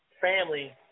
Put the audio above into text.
family